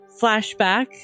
flashback